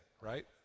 right